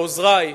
לעוזרי,